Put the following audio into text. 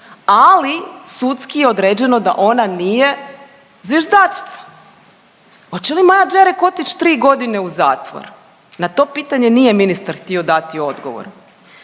ali sudski je određeno da ona nije zviždačica. Oće li Maja Đerek otić 3.g. u zatvor? Na to pitanje ministar nije htio dati odgovor.